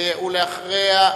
ואחריה,